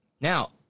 Now